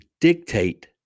dictate